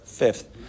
Fifth